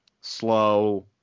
slow